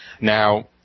Now